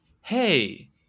Hey